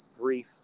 brief